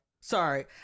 Sorry